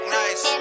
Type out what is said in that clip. nice